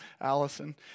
Allison